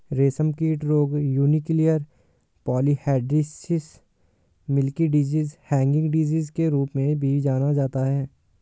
रेशमकीट रोग nuclear polyhedrosis, milky disease, hanging disease के रूप में भी जाना जाता है